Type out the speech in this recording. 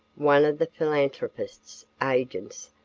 one of the philanthropist's agents,